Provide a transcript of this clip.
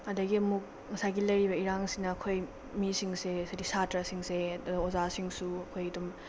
ꯑꯗꯒꯤ ꯑꯃꯨꯛ ꯉꯁꯥꯏꯒꯤ ꯂꯩꯔꯤꯕ ꯏꯔꯥꯡꯁꯤꯅ ꯑꯩꯈꯣꯏ ꯃꯤꯁꯤꯡꯁꯦ ꯍꯥꯏꯗꯤ ꯁꯥꯇ꯭ꯔꯥꯁꯤꯡꯁꯦ ꯑꯣꯖꯥꯁꯤꯡꯁꯨ ꯑꯩꯈꯣꯏ ꯑꯗꯨꯝ